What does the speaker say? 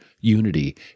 unity